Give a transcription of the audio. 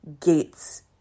gates